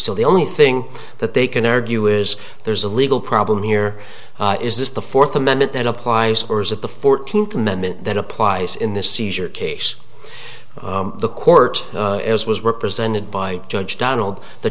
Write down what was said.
so the only thing that they can argue is there's a legal problem here is this the fourth amendment that applies or is that the fourteenth amendment that applies in this seizure case the court as was represented by judge donald the